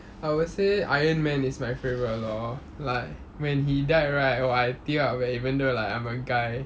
I would say iron man is my favourite lor like when he died right !wah! I teared up eh even though like I'm a guy